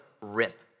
rip